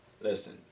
Listen